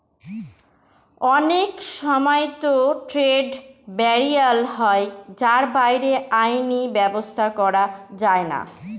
অনেক সময়তো trade barrier হয় যার বাইরে আইনি ব্যাবস্থা করা যায়না